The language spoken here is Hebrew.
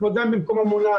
כבודם במקומם מונח,